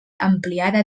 ampliada